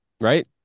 Right